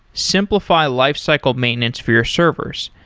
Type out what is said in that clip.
simplify lifecycle maintenance for your servers.